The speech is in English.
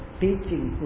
teaching